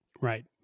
Right